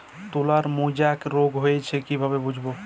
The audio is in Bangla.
তুলার মোজাইক রোগ হয়েছে কিভাবে বুঝবো?